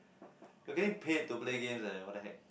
you getting paid to play games eh what the heck